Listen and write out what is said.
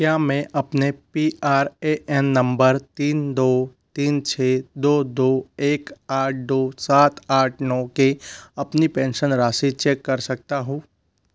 क्या मैं अपने P R A N number तीन दो तीन छ दो दो एक आठ दो सात आठ नौ के अपनी पेंशन राशि चेक कर सकता हूँ